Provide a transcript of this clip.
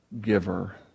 giver